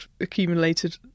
accumulated